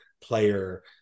player